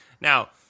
Now